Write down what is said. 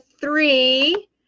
three